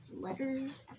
letters